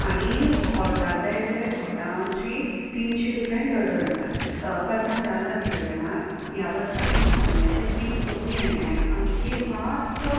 आनी घोटां जाय जाल्यार घोटां आमची तिनशें रुपया डजन आसा पात्रांव जालां कितें जाणां ह्या वर्साक न्हय आंब्याचे पीक कमी आयिल्ल्यान आमची मातसो